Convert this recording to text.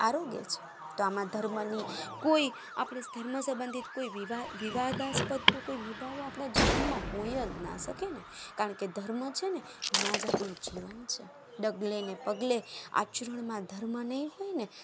આરોગે છે તો આમાં ધર્મની કોઈ આપણે ધર્મ સંબધિત કોઈ વિવાદાસ્પદ કોઈ મુદ્દાઓ આપણા જીવનમાં હોય જ ના શકે અને કારણ કે ધર્મ છે ને ત્યાં જ આપનું જીવન છે ડગલેને પગલે આચરણમાં ધર્મ નહીં હોય અને